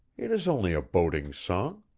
it is only a boating song.